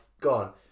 gone